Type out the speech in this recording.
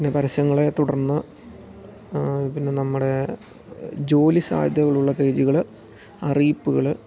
പിന്നെ പരസ്യങ്ങളെ തുടർന്ന് പിന്നെ നമ്മുടെ ജോലി സാധ്യതകളുള്ള പേജുകൾ അറിയിപ്പുകൾ